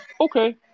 okay